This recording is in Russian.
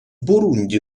бурунди